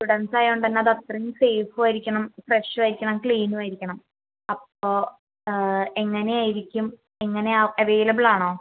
students ആയത് കൊണ്ട് തന്നെ അത് അത്രയും സേഫും ആയിരിക്കണം ഫ്രഷും ആയിരിക്കണം ക്ലീനും ആയിരിക്കണം അപ്പോൾ എങ്ങനെയായിരിക്കും എങ്ങനെയാണ് അവൈലബിൾ ആണോ